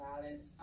violence